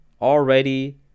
already